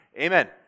amen